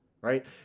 Right